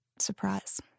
surprise